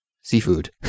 seafood